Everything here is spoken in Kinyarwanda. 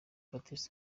baptiste